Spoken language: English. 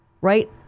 Right